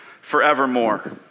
forevermore